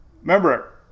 Remember